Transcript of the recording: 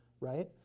right